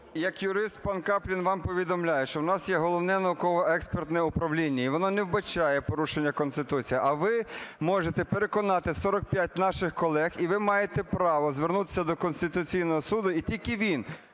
як юрист, пан Каплін, вам повідомляю, що в нас є Головне науково-експертне управління і воно не вбачає порушення Конституції. А ви можете переконатися, 45 наших колег і ви маєте право звернутися до Конституційного Суду і тільки він